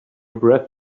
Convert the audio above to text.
breath